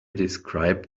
described